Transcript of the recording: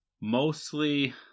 mostly